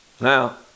Now